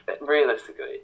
Realistically